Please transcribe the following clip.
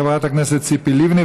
חברת הכנסת ציפי לבני,